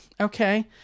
Okay